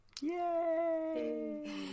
Yay